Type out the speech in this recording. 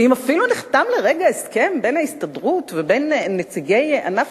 ואם אפילו נחתם לרגע הסכם בין ההסתדרות ובין נציגי ענף